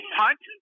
punch